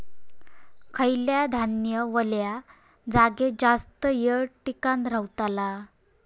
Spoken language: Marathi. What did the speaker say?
खयला धान्य वल्या जागेत जास्त येळ टिकान रवतला?